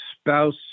spouse